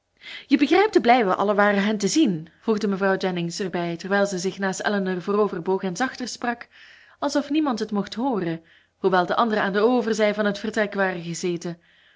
je begrijpt hoe blij we allen waren hen te zien voegde mevrouw jennings erbij terwijl ze zich naar elinor vooroverboog en zachter sprak alsof niemand het mocht hooren hoewel de anderen aan de overzij van het vertrek waren gezeten